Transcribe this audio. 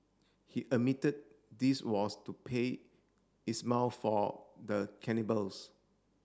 he admitted this was to pay Ismail for the cannibals